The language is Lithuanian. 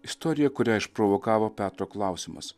istorija kurią išprovokavo petro klausimas